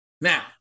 Now